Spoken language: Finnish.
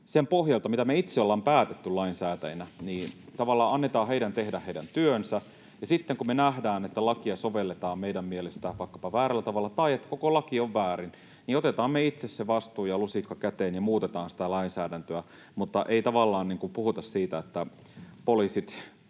sen pohjalta, mitä me itse ollaan päätetty lainsäätäjinä, niin tavallaan annetaan heidän tehdä heidän työnsä, ja sitten kun me nähdään, että lakia vaikkapa sovelletaan meidän mielestämme väärällä tavalla tai että koko laki on väärin, niin otetaan me itse se vastuu ja lusikka käteen ja muutetaan sitä lainsäädäntöä, mutta ei tavallaan puhuta siitä, että poliisit